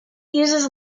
uses